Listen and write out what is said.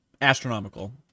astronomical